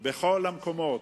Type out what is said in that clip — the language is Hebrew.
בכל המקומות,